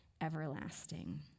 everlasting